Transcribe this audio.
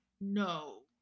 no